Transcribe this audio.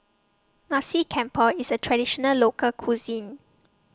Nasi Campur IS A Traditional Local Cuisine